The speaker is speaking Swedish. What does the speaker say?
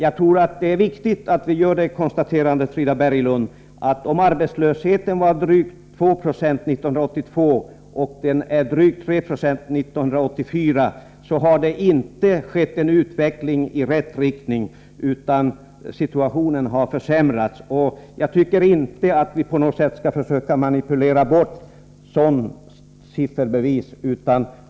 Jag tror att det är viktigt att vi gör det konstaterandet, Frida Berglund, att om arbetslösheten var drygt 2 96 1982 och drygt 3 70 1984, har det inte skett en utveckling i rätt riktning, utan situationen har försämrats. Jag tycker som sagt inte att vi på något sätt skall försöka manipulera bort sådana sifferbevis.